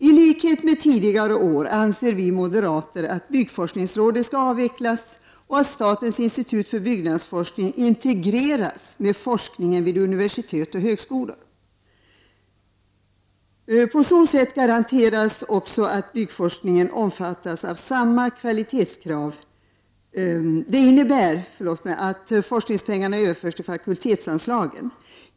T likhet med tidigare år anser vi moderater nu att byggforskningsrådet bör avvecklas och att statens institut för byggnadsforskning integreras med forskningen vid universitet och högskolor. Det innebär att forskningspengarna överförs till fakultetsanslaget.